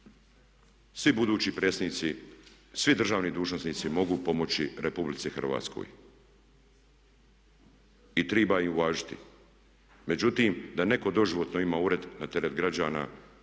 svi budući predsjednici, svi državni dužnosnici mogu pomoći RH. I triba ih uvažiti. Međutim da netko doživotno ima ured na teret građana